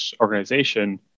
organization